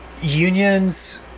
unions